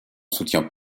soutien